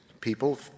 people